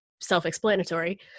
self-explanatory